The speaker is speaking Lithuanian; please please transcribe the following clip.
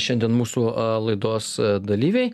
šiandien mūsų laidos dalyviai